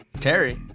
Terry